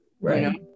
right